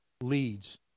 leads